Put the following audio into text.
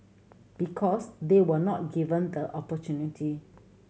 because they were not given the opportunity